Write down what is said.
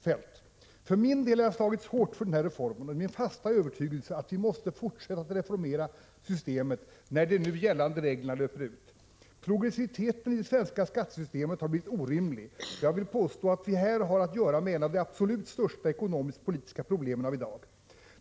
Feldt: För min del har jag slagits hårt för den här reformen och det är min fasta övertygelse att vi måste fortsätta att reformera systemet när de nu gällande reglerna löper ut. Progressiviteten i det svenska skattesystemet har blivit orimlig och jag vill påstå, att vi här har att göra med ett av de absolut största ekonomiskt/politiska problemen av i dag.